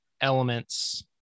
elements